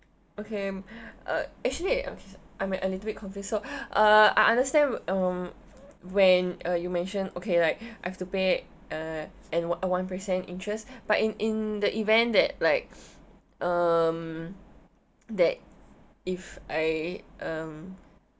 okay uh actually I'm I'm a little bit confused so uh I understand um when uh you mention okay like I have to pay uh an one a one percent interest but in in the event that like um that if I um